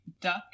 duck